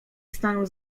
stanął